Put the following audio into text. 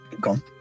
gone